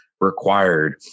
required